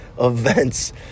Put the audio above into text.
events